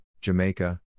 Jamaica